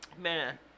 Man